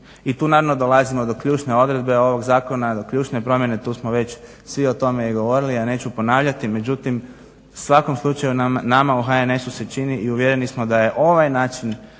i tu naravno dolazimo do ključne odredbe ovoga zakona, do ključne promjene. Tu smo već i svi o tome govorili, ja neću ponavljati. Svakom slučaju nama u HNS-u se čini i uvjereni smo da je ovaj način